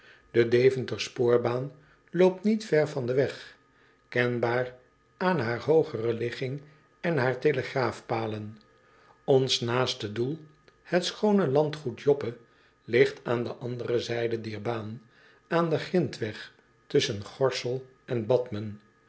de deventer spoorbaan loopt niet ver van den weg kenbaar aan haar hoogere ligging en haar telegraafpalen ons naaste doel het schoone landgoed j o p p e ligt aan de andere zijde dier baan aan den grintweg tusschen gorssel en